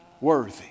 worthy